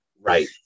Right